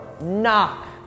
knock